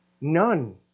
None